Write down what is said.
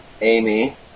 Amy